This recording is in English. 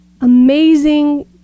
amazing